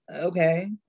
okay